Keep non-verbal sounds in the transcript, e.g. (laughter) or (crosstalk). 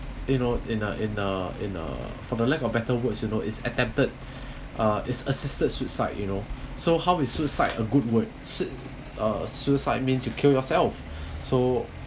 you know in a in a in a for the lack of better words you know is attempted (breath) uh is assisted suicide you know so how is suicide a good word sui~ uh suicide means you kill yourself so